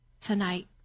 tonight